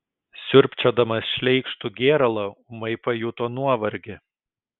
siurbčiodamas šleikštų gėralą ūmai pajuto nuovargį